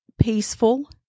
peaceful